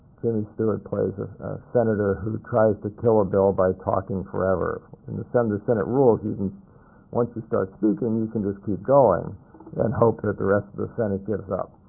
jimmy stewart plays a senator who tries to kill a bill by talking forever. in the senate rules, you can once you start speaking, you can just keep going and hope that the rest of the senate gives up.